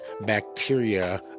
bacteria